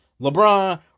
LeBron